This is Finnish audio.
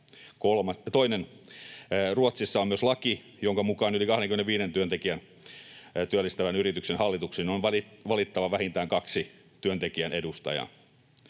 Ruotsissa on myös laki, jonka mukaan yli 25 työntekijää työllistävän yrityksen hallitukseen on valittava vähintään kaksi työntekijän edustajaa.